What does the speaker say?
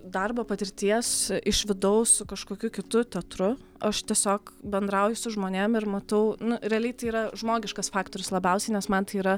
darbo patirties iš vidaus su kažkokiu kitu teatru aš tiesiog bendrauju su žmonėm ir matau nu realiai tai yra žmogiškas faktorius labiausiai nes man tai yra